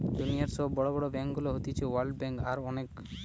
দুনিয়র সব বড় বড় ব্যাংকগুলো হতিছে ওয়ার্ল্ড ব্যাঙ্ক, আরো অনেক